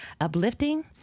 uplifting